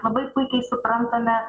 labai puikiai suprantame